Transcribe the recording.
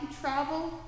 travel